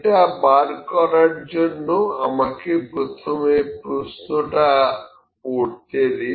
এটা বার করার জন্য আমাকে প্রথমে প্রশ্নটা পড়তে দিন